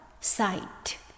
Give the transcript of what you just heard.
sight